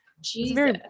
Jesus